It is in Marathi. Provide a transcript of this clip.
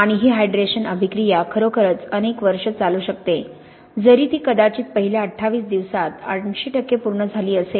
आणि ही हायड्रेशनअभिक्रिया खरोखरच अनेक वर्षे चालू शकते जरी ती कदाचित पहिल्या 28 दिवसांत 80 टक्के पूर्ण झाली असेल